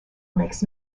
makes